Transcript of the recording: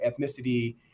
ethnicity